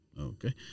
Okay